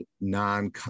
non